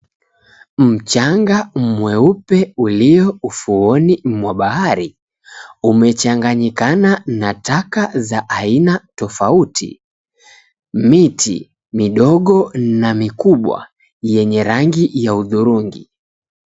Mchanga mweupe, ulio ufuoni mwa bahari, umechanganyikana na taka za aina tofauti, miti midogo na mikubwa yenye rangi ya hudhurungi.